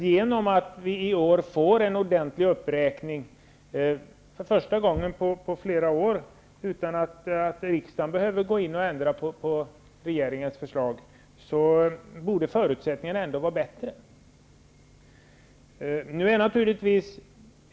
Genom att vi i år får en ordentligt uppräkning för första gången på flera år utan att riksdagen behöver gå in och ändra på regeringens förslag, borde förutsättningarna vara bättre.